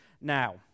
now